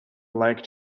like